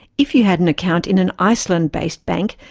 if you had an account in an iceland-based bank,